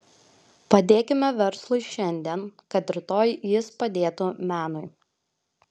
padėkime verslui šiandien kad rytoj jis padėtų menui